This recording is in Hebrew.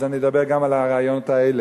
אז אני אדבר גם על הרעיונות האלה.